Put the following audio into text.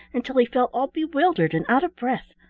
until he felt all bewildered and out of breath.